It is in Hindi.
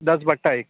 दस बटा एक